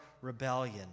rebellion